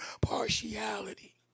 partiality